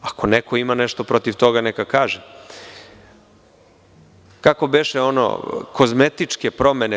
Ako neko ima nešto protiv toga, neka kaže, jer kako beše ono – kozmetičke promene.